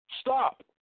Stop